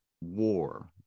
war